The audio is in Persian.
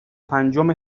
پنجم